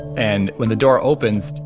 and when the door opens,